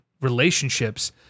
relationships